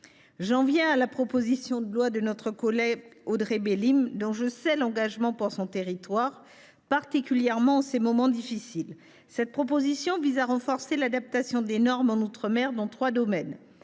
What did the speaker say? J’en viens à la proposition de loi de notre collègue Audrey Bélim, dont je sais l’engagement pour son territoire, particulièrement en ces moments difficiles. Ce texte vise à renforcer l’adaptation des normes en outre mer dans trois domaines